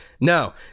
no